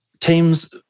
Teams